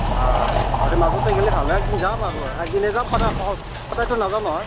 অ মাজতে গেলি ভাল হয় একদিন যাম আৰু একদিনেই যাম স সদায়তো নাযাওঁ নহয়